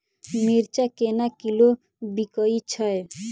मिर्चा केना किलो बिकइ छैय?